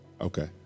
Okay